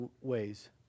ways